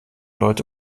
leute